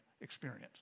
experience